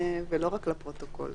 ולא רק לפרוטוקול.